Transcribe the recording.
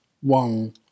one